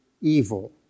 evil